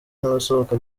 n’abasohoka